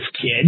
kid